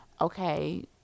Okay